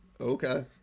Okay